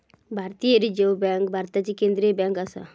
भारतीय reserve bank भारताची केंद्रीय बँक आसा